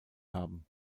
haben